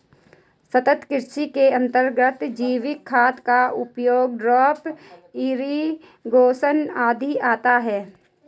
सतत् कृषि के अंतर्गत जैविक खाद का उपयोग, ड्रिप इरिगेशन आदि आता है